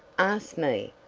asked me!